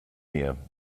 mir